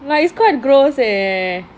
like it's quite gross eh